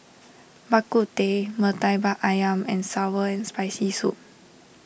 Bak Kut Teh Murtabak Ayam and Sour and Spicy Soup